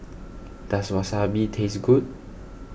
does Wasabi taste good